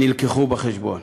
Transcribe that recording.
הובאו בחשבון.